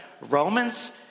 Romans